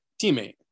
teammate